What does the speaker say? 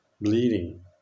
bleeding